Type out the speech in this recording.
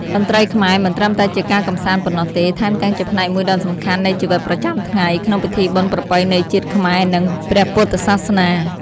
តន្ត្រីខ្មែរមិនត្រឹមតែជាការកម្សាន្តប៉ុណ្ណោះទេ ថែមទាំងជាផ្នែកមួយដ៏សំខាន់នៃជីវិតប្រចាំថ្ងៃក្នុងពិធីបុណ្យប្រពៃណីជាតិខ្មែរ និងពព្រះពុទ្ធសាសនា។